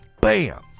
bam